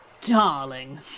Darling